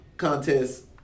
contest